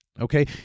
Okay